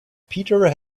peter